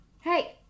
Hey